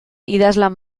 idazlan